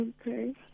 Okay